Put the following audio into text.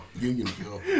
Unionville